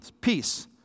peace